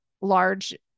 large